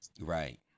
right